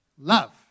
Love